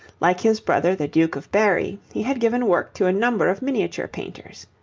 like his brother the duke of berry, he had given work to a number of miniature painters.